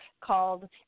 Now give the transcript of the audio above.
called